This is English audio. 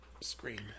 screen